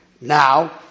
Now